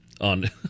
on